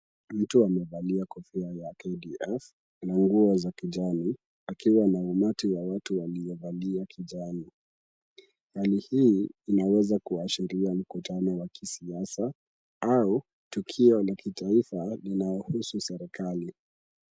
Mtu amevalia kofia ya "KDF" na nguo za kijani akiwa na umati wa watu waliovalia kijani. Hali hii inaweza kuashirai mkutano wa kisiasa au tukio la kitaifa linalohusu serikali.